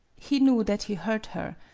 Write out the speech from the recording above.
he knew that he hurt her,